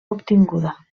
obtinguda